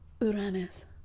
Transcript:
uranus